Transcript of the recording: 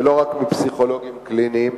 ולא רק מפסיכולוגים קליניים,